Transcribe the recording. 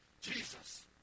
Jesus